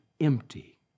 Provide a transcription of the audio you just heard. empty